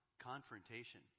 confrontation